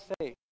say